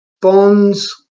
Bonds